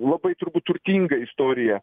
labai turbūt turtingą istoriją